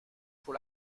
pour